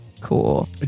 Cool